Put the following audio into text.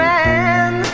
Man